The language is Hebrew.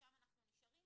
ושם אנחנו נשארים,